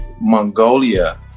Mongolia